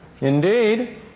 Indeed